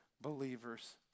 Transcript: believers